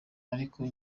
ariko